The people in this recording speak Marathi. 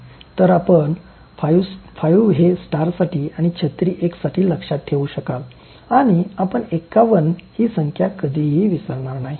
तर आपण ५ हे स्टारसाठी आणि छत्री १ साठी लक्षात ठेवू शकाल आणि आपण ५१ हि संख्या कधीही विसरणार नाही